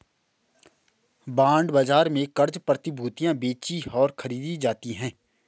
bond बाजार में क़र्ज़ प्रतिभूतियां बेचीं और खरीदी जाती हैं